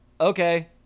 okay